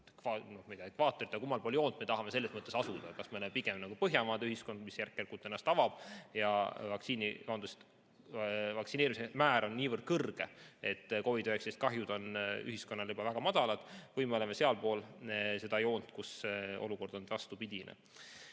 ekvaatorit, aga kummal pool joont me tahame selles mõttes asuda. Kas me oleme pigem nagu Põhjamaade ühiskond, mis järk-järgult ennast avab ja vaktsineerimise määr on niivõrd kõrge, et COVID‑19 kahjud on ühiskonnas juba väga madalad, või me oleme sealpool seda joont, kus olukord on vastupidine?